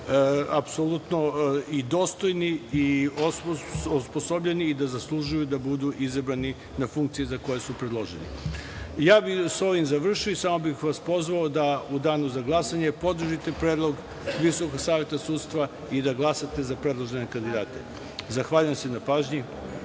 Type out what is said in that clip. apsolutno i dostojni i osposobljeni i da zaslužuju da budu izabrani na funkcije za koje su predloženi. Ja bih sa ovim završio i samo bih vas pozvao da u danu za glasanje podržite predlog VSS i da glasate za predložene kandidate. Zahvaljujem se na pažnji.